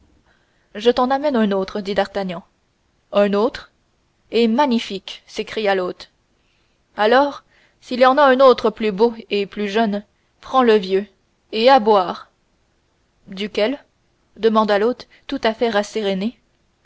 je t'en amène un autre dit d'artagnan un autre et magnifique s'écria l'hôte alors s'il y en a un autre plus beau et plus jeune prends le vieux et à boire duquel demanda l'hôte tout à fait